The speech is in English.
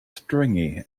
stringy